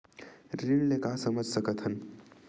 ऋण ले का समझ सकत हन?